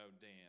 Dan